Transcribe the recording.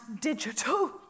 digital